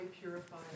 purified